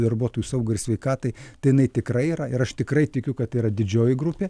darbuotojų saugai ir sveikatai tai jinai tikrai yra ir aš tikrai tikiu kad tai yra didžioji grupė